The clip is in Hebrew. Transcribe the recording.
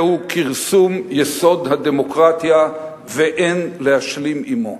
זהו כרסום יסוד הדמוקרטיה ואין להשלים עמו.